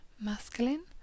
masculine